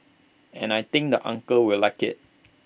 and I think the uncles will like IT